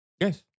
Yes